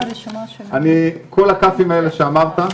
כל הכ"פים האלה שאמרת,